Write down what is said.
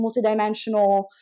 multidimensional